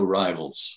rivals